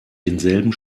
denselben